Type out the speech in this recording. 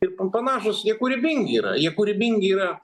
ir pan panašūs jie kūrybingi yra jie kūrybingi yra